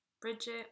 Bridget